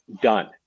done